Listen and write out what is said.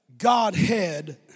Godhead